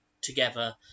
together